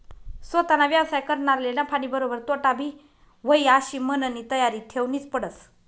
सोताना व्यवसाय करनारले नफानीबरोबर तोटाबी व्हयी आशी मननी तयारी ठेवनीच पडस